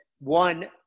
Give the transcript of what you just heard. One